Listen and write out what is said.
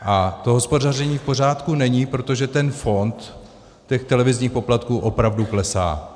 A to hospodaření v pořádku není, protože ten fond televizních poplatků opravdu klesá.